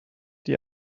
die